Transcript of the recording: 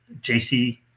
JC